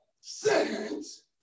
saints